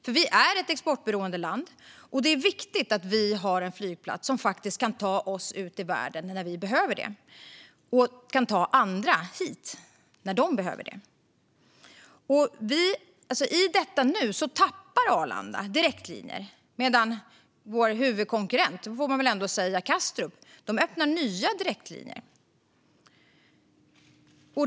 Sverige är ett exportberoende land, och det är viktigt att det finns en flygplats som faktiskt kan ta oss ut i världen när vi behöver det och kan ta andra hit när de behöver det. I detta nu tappar Arlanda direktlinjer medan vår huvudkonkurrent, som man väl ändå får säga att det är, Kastrup öppnar nya direktlinjer.